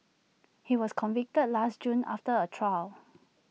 he was convicted last June after A trial